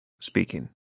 speaking